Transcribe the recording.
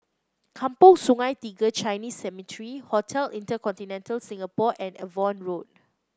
Kampong Sungai Tiga Chinese Cemetery Hotel InterContinental Singapore and Avon Road